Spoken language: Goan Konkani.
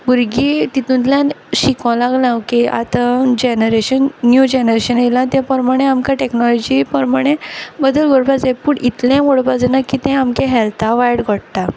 भुरगीं तितुंतल्यान शिकों लागलां ओके आतां जेनरेशन न्यू जेनरेशन येलां ते पोरमोणे आमकां टेक्नलॉजी पोरमोणें बोदोल कोरपा जाय पूण इतलेंय वोडपा जायना की तें आमगे हेल्था वायट घोडटा